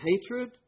hatred